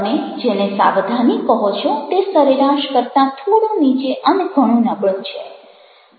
તમે જેને સાવધાની કહો છો તે સરેરાશ કરતાં થોડું નીચે અને ઘણું નબળું છે